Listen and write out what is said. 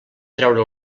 traure